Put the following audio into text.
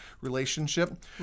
relationship